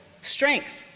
strength